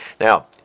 Now